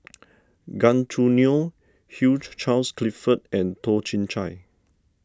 Gan Choo Neo Hugh Charles Clifford and Toh Chin Chye